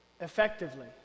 effectively